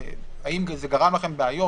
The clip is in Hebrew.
האם זה גרם לכם בעיות?